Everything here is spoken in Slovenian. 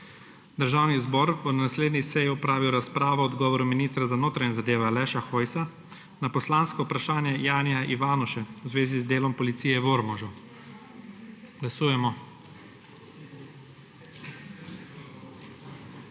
Državni zbor bo na naslednji seji opravil razpravo o odgovoru ministra za notranje zadeve Aleša Hojsa na poslansko vprašanje Janija Ivanuše v zvezi z delom policije v Ormožu. Glasujemo.